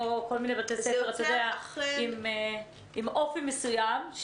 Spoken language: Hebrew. בתי ספר עם אופי מסוים,